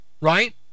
Right